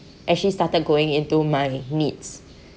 actually started going into my needs